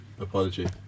Apology